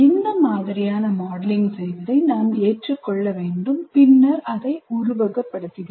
இந்த மாதிரியான மாடலிங் செய்வதை நாம் ஏற்றுக்கொள்ள வேண்டும் பின்னர் அதை உருவகப்படுத்துகிறோம்